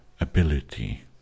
ability